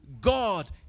God